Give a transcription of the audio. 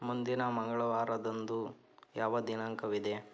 ಮುಂದಿನ ಮಂಗಳವಾರದಂದು ಯಾವ ದಿನಾಂಕವಿದೆ